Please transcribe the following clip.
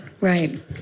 right